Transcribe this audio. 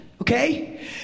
Okay